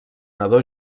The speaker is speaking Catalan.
nadó